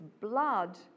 blood